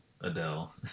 Adele